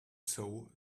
sow